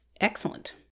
Excellent